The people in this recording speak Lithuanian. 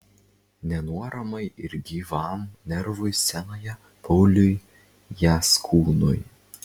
nenuoramai ir gyvam nervui scenoje pauliui jaskūnui